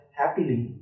happily